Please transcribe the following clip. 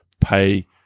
pay